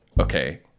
okay